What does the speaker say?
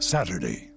Saturday